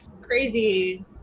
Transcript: Crazy